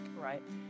Right